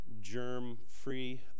germ-free